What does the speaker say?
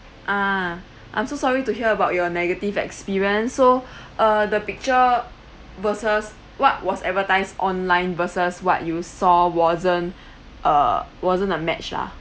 ah I'm so sorry to hear about your negative experience so uh the picture versus what was advertised online versus what you saw wasn't uh wasn't a match lah